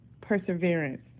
perseverance